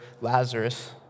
Lazarus